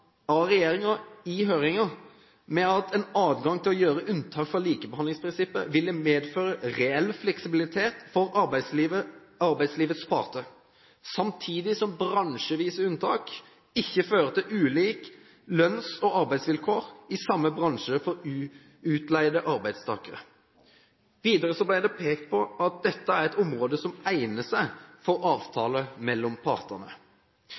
i høringen med at en adgang til å gjøre unntak fra likebehandlingsprinsippet ville medføre reell fleksibilitet for arbeidslivets parter, samtidig som bransjevise unntak ikke fører til ulike lønns- og arbeidsvilkår i samme bransje for utleide arbeidstakere. Videre ble det pekt på at dette er et område som egner seg for avtale mellom partene.